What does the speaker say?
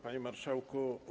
Panie Marszałku!